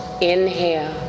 inhale